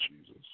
Jesus